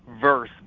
verse